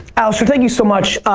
alastair, thank you so much.